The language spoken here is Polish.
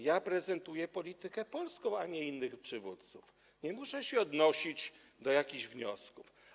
Ja prezentuję politykę polską, a nie innych przywódców, nie muszę się odnosić do jakichś wniosków.